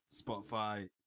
Spotify